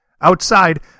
Outside